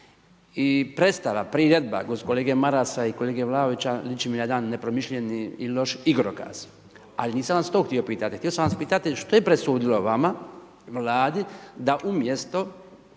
i predstava, priredba kolege Marasa i kolege Vlaovića liči mi na jedan nepromišljeni i loš igrokaz. Ali nisam vas to htio pitati, htio sam vas pitati što je presudilo vama, vladi, da umjesto